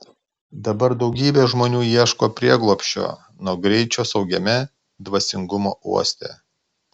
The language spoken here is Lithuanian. dabar daugybė žmonių ieško prieglobsčio nuo greičio saugiame dvasingumo uoste